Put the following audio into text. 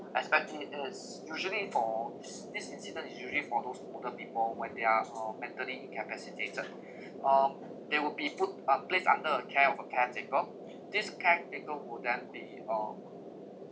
as petty it is usually for this this incident is usually for those older people when they are um mentally incapacitated um they will be put uh placed under a care of a caretaker this caretaker would then be uh